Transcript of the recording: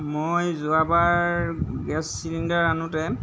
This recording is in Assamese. মই যোৱাবাৰ গেছ চিলিণ্ডাৰ আনোতে